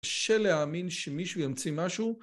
קשה להאמין שמישהו ימציא משהו.